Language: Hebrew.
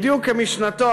בדיוק כמשנתו,